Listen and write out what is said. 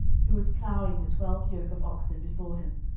who was plowing with twelve yoke of oxen before him,